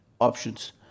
options